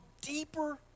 deeper